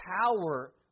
power